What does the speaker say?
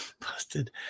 busted